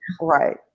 right